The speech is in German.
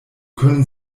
können